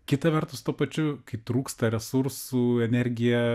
kita vertus tuo pačiu kai trūksta resursų energija